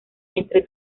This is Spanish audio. entre